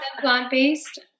plant-based